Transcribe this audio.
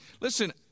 Listen